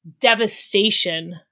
devastation